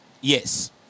Yes